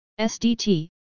SDT